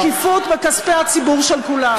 בשקיפות, בכספי הציבור של כולם.